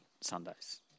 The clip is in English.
Sundays